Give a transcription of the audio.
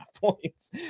points